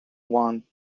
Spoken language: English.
one